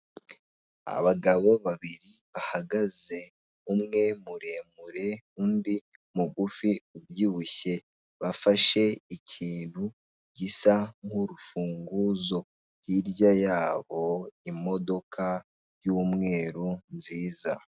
Abagabo babiri bahagaze; umwe muremure, undi mugufi ubyibushye. Bafashe ikintu gisa nk'urufunguzo. Hirya yabo imodoka y'umweru nziza.